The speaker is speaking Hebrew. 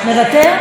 מוותר,